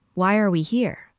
why are we here?